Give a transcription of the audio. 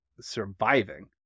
surviving